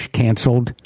canceled